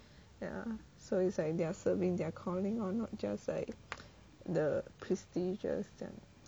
ya so it's like they are serving their calling or not just like the prestigious 这样